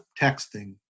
texting